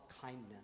kindness